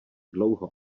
dlouho